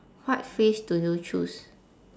what phrase do you choose